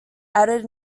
added